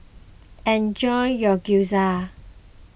enjoy your Gyoza